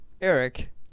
Eric